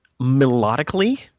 melodically